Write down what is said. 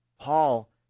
Paul